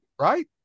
Right